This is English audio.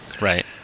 Right